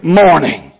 morning